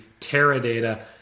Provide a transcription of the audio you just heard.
Teradata